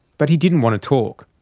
but he didn't want to talk.